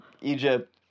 Egypt